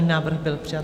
Návrh byl přijat.